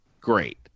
great